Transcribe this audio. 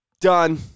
Done